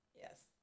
Yes